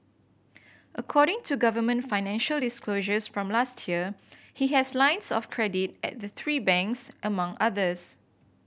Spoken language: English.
according to government financial disclosures from last year he has lines of credit at the three banks among others